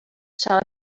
shall